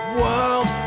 world